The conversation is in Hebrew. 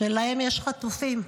שלהן יש חטופים,